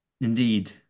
indeed